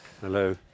Hello